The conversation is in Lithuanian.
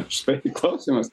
štai klausimas